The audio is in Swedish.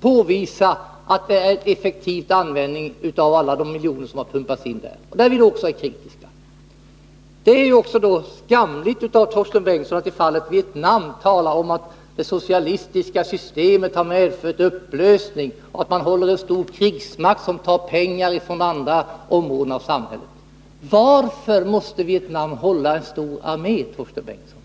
påvisa någon effektiv användning av alla de miljoner som har pumpats in där. Det är vi också kritiska mot. Det är också skamligt av Torsten Bengtson att i fallet Vietnam tala om att det socialistiska systemet har medfört en upplösning, att man där håller en stor krigsmakt som tar pengar från andra områden av samhället. Varför måste Vietnam hålla en stor armé, Torsten Bengtson?